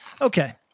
Okay